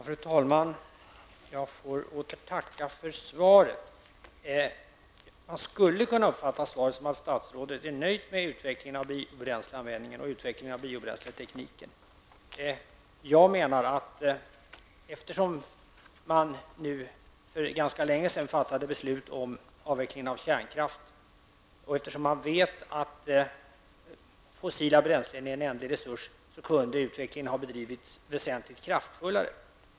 Fru talman! Jag får tacka för svaret på min fråga. Man skulle kunna uppfatta det så att statsrådet är nöjd med utvecklingen av biobränsleanvändningen och av biobränsletekniken. Jag menar med tanke på att det var ganska länge sedan som man fattade beslut om avvecklingen av kärnkraft, och eftersom man vet att fossila bränslen är en ändlig resurs, att man kunde ha drivit utvecklingen väsentligt kraftfullare.